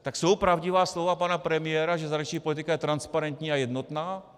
Tak jsou pravdivá slova pana premiéra, že zahraniční politika je transparentní a jednotná?